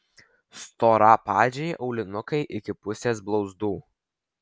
storapadžiai aulinukai iki pusės blauzdų